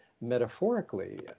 metaphorically